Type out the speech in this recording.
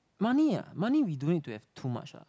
money ah money we don't need to have too much ah